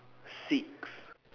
six